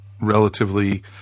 relatively